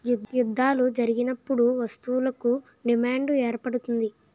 యుద్ధాలు జరిగినప్పుడు వస్తువులకు డిమాండ్ ఏర్పడుతుంది